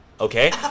Okay